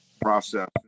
process